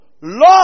Lord